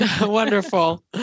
wonderful